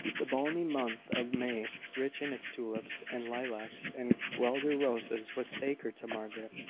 the balmy month of may, rich in its tulips, and lilacs, and guelder roses, was sacred to margaret,